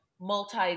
multi